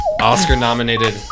Oscar-nominated